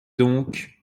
donc